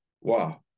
wow